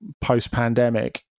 post-pandemic